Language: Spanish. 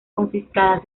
confiscadas